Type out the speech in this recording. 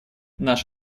наш